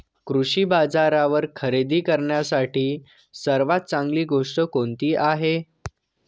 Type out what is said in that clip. कृषी बाजारावर खरेदी करण्यासाठी सर्वात चांगली गोष्ट कोणती आहे?